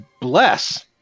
Bless